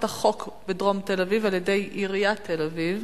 החוק בדרום תל-אביב על-ידי עיריית תל-אביב,